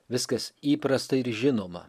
viskas įprasta ir žinoma